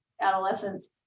adolescents